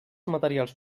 materials